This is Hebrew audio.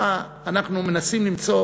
מה, אנחנו מנסים למצוא